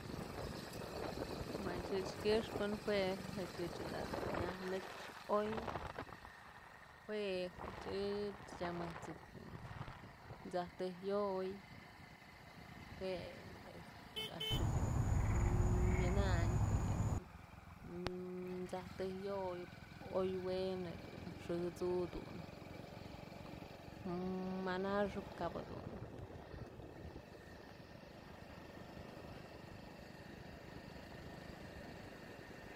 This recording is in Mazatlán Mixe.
Machich këxpë juë chëch da dun nyajnëxoy jue ëch tyam ëjt's jedun t'saj tëjk yo'oy jue a'ax jedun myënañ ko'o yëdun t'saj tëjk yoyëp oy we'en dun xë t'su dun mënaxëp kap jedun.